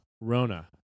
Rona